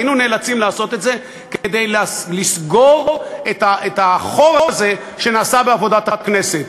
נאלצנו לעשות את זה כדי לסגור את החור הזה שנעשה בעבודת הכנסת,